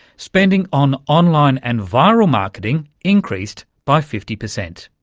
spending on online and viral marketing increased by fifty percent.